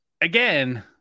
again